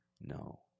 No